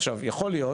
עכשיו, יכול להיות